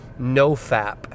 NoFAP